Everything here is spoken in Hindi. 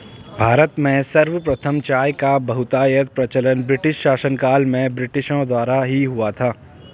भारत में सर्वप्रथम चाय का बहुतायत प्रचलन ब्रिटिश शासनकाल में ब्रिटिशों द्वारा ही हुआ था